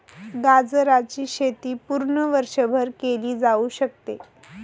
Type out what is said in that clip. गाजराची शेती पूर्ण वर्षभर केली जाऊ शकते